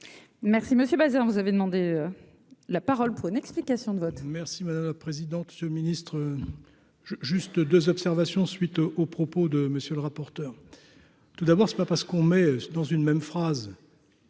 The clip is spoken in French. monsieur Bazin vous avez demandé la parole pour une explication de vote. Merci madame la présidente, ce ministre juste 2 observations, suite aux propos de monsieur le rapporteur, tout d'abord, c'est pas parce qu'on met dans une même phrase.